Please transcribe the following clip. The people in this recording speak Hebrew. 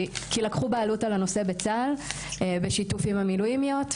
כי לקחו בעלות על הנושא בצה"ל בשיתוף עם המילואימיות,